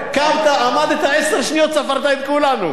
קמת, עמדת, עשר שניות, ספרת את כולנו.